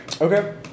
Okay